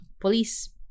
police